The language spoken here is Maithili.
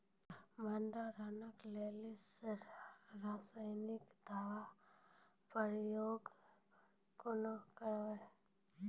भंडारणक लेल रासायनिक दवेक प्रयोग कुना करव?